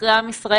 אחרי עם ישראל,